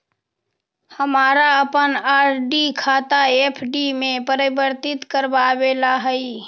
हमारा अपन आर.डी खाता एफ.डी में परिवर्तित करवावे ला हई